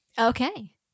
Okay